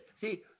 See